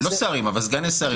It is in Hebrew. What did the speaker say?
זה מעוגן בתקנות.